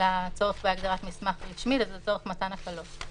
לצורך להגדרת מסמך רשמי לצורך מתן הקלות.